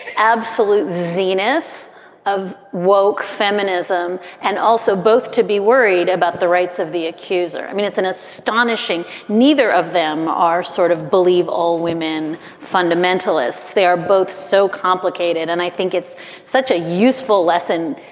absolute zenith of woak feminism. and also both to be worried about the rights of the accuser. i mean, it's an astonishing neither of them are sort of believe all women, fundamentalists. they are both so complicated. and i think it's such a useful lesson,